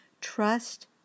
Trust